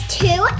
two